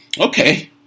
Okay